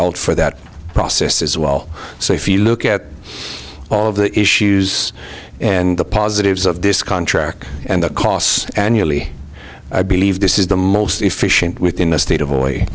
out for that process as well so if you look at all of the issues and the positives of this contract and the costs annually i believe this is the most efficient within the state of o